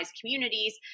communities